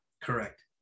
Correct